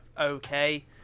okay